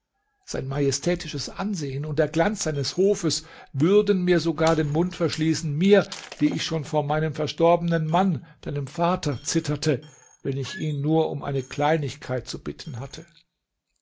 sein majestätisches ansehen und der glanz seines hofes würden mir sogar den mund verschließen mir die ich schon vor meinem verstorbenen mann deinem vater zitterte wenn ich ihn nur um eine kleinigkeit zu bitten hatte